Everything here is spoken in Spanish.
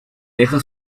deja